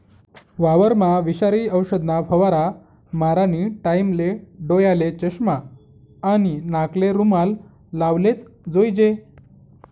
वावरमा विषारी औषधना फवारा मारानी टाईमले डोयाले चष्मा आणि नाकले रुमाल लावलेच जोईजे